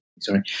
Sorry